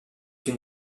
une